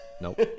Nope